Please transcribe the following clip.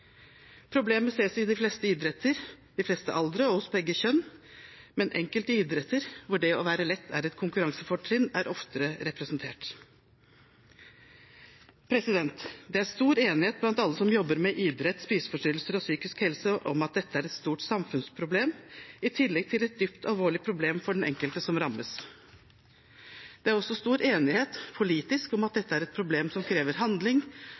Problemet ses i de fleste idretter, i de fleste aldre og hos begge kjønn, men enkelte idretter, hvor det å være lett er et konkurransefortrinn, er oftere representert. Det er stor enighet blant alle som jobber med idrett, spiseforstyrrelser og psykisk helse, om at dette er et stort samfunnsproblem i tillegg til et dypt alvorlig problem for den enkelte som rammes. Det er også stor politisk enighet om at dette er et problem som krever handling,